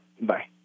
Bye